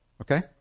Okay